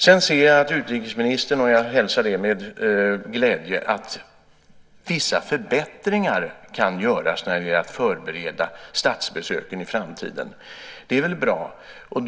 Jag ser att utrikesministern säger i svaret att vissa förbättringar kan göras när det gäller att förbereda statsbesöken i framtiden. Jag hälsar det med glädje. Det är väl bra.